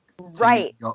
right